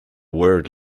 word